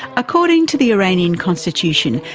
according to the iranian constitution,